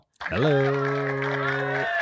Hello